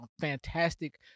Fantastic